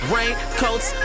Raincoats